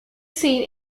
seen